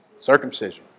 Circumcision